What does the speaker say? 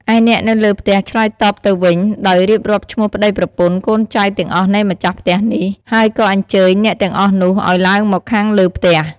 ឯអ្នកនៅលើផ្ទះឆ្លើយតបទៅវិញ ដោយរៀបរាប់ឈ្មោះប្តីប្រពន្ធ កូនចៅទាំងអស់នៃម្ចាស់ផ្ទះនេះ ហើយក៏អញ្ជើញអ្នកទាំងអស់នោះឲ្យឡើងមកខាងលើផ្ទះ ។